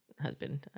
husband